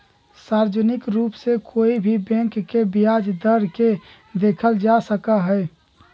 सार्वजनिक रूप से कोई भी बैंक के ब्याज दर के देखल जा सका हई